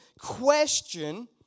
question